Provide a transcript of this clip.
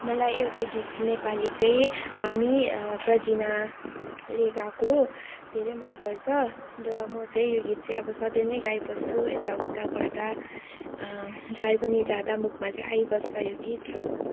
मलाई एउटा गीत नेपाली चाहिँ हामी प्रजिनाले गाएको धेरै मनपर्छ र म चाहिँ यो गीत चाहिँ अब सधैँ नै गाइबस्छु एता उता गर्दा जहीँ पनि जाँदा मुखमा चाहिँ आइबस्छ यो गीत